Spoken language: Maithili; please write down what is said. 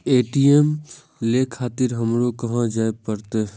ए.टी.एम ले खातिर हमरो कहाँ जाए परतें?